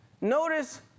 Notice